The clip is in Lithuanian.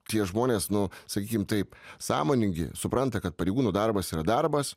tie žmonės nu sakykim taip sąmoningi supranta kad pareigūnų darbas yra darbas